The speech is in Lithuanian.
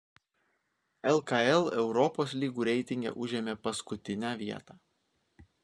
lkl europos lygų reitinge užėmė paskutinę vietą